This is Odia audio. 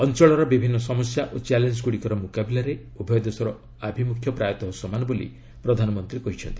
ଅଞ୍ଚଳର ବିଭିନ୍ନ ସମସ୍ୟା ଓ ଚ୍ୟାଲେଞ୍ଗୁଡ଼ିକର ମୁକାବିଲାରେ ଉଭୟ ଦେଶର ଆଭିମୁଖ୍ୟ ପ୍ରାୟତଃ ସମାନ ବୋଲି ପ୍ରଧାନମନ୍ତ୍ରୀ କହିଛନ୍ତି